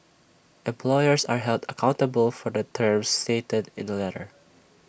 employers are held accountable for the terms stated in the letter